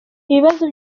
ibibazo